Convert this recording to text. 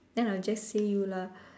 then I'll just say you lah